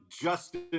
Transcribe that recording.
justin